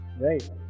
right